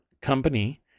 company